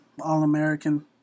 All-American